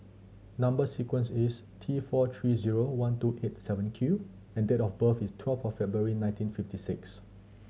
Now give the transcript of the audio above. number sequence is T four three zero one two eight seven Q and date of birth is twelve of February nineteen fifty six